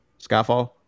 Skyfall